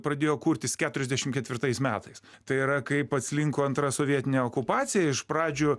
pradėjo kurtis keturiasdešim ketvirtais metais tai yra kaip atslinko antra sovietinė okupacija iš pradžių